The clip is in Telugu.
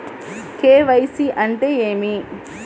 కే.వై.సి అంటే ఏమి?